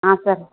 sir